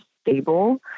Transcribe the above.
stable